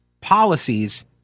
policies